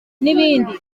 n’ibindi